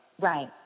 Right